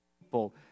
people